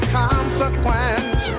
consequence